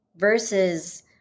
Versus